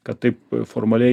kad taip formaliai